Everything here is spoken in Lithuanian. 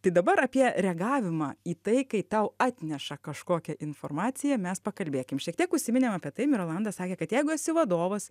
tai dabar apie reagavimą į tai kai tau atneša kažkokią informaciją mes pakalbėkim šiek tiek užsiminėm apie tai mirolanda sakė kad jeigu esi vadovas